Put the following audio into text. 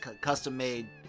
custom-made